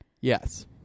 yes